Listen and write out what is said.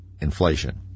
inflation